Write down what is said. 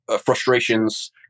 frustrations